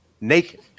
naked